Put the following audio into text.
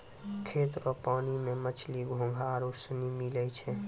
खेत रो पानी मे मछली, घोंघा आरु सनी मिलै छै